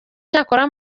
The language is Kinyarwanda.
cyakora